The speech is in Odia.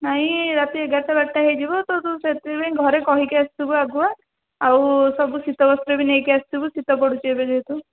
ନାଇଁ ରାତି ଏଗାର୍ଟା ବାର୍ଟା ହେଇଯିବ ତୁ ତୁ ସେଥିପାଇଁ ଘରେ କହିକି ଆସିଥିବୁ ଆଗୁଆ ଆଉ ସବୁ ଶୀତବସ୍ତ୍ର ବି ନେଇକି ଆସିଥିବୁ ଶୀତ ପଡ଼ୁଛି ଏବେ ଯେହେତୁ